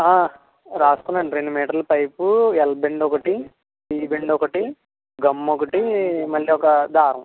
రాసుకున్న అండి రెండు మీటర్లు పైపు ఎల్ బెండ్ ఒకటి టీ బెండ్ ఒకటి గమ్ ఒకటి మళ్ళీ ఒక దారం